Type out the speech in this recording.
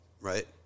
Right